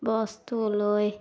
বস্তু লৈ